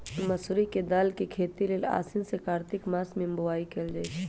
मसूरी के दाल के खेती लेल आसीन से कार्तिक मास में बोआई कएल जाइ छइ